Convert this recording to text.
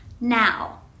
now